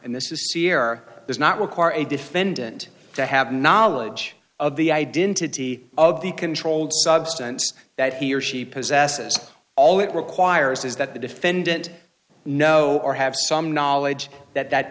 and this is sierre does not require a defendant to have knowledge of the identity of the controlled substance that he or she possesses all it requires is that the defendant know or have some knowledge that that